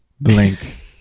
blink